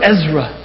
Ezra